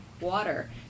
water